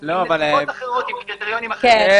ונסיבות אחרות עם קריטריונים אחרים.